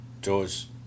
george